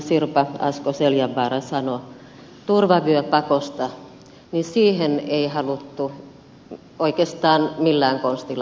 sirpa asko seljavaara sanoi turvavyöpakosta siihen ei haluttu oikeastaan millään konstilla lähteä